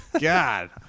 god